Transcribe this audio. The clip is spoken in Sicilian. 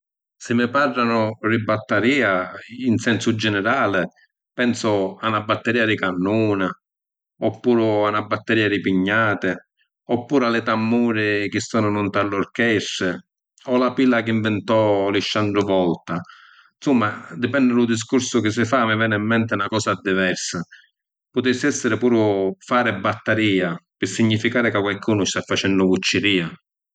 Si mi parranu di battarìa in sensu ginirali pensu a na battarìa di cannuni, oppuru a na battarìa di pignati, oppuru a li tammuri chi sonanu nta l’orchestri o la pila chi ‘nvintò Lisciandru Volta. ‘Nsumma dipenni lu discursu chi si fa mi veni ‘n menti na cosa diversa. Putissi essiri puru fari battarìa, pi significari ca qualcunu sta facennu vucciria.